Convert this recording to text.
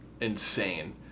insane